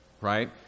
Right